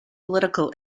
political